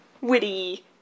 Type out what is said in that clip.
witty